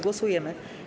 Głosujemy.